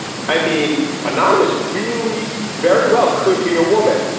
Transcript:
i mean anonymous really very well could be a woman.